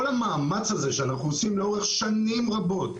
כל המאמץ הזה שאנחנו עושים לאורך שנים רבות,